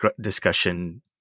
discussion